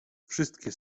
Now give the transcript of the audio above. wszystkie